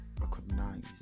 recognize